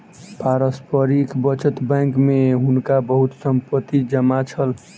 पारस्परिक बचत बैंक में हुनका बहुत संपत्ति जमा छल